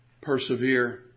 persevere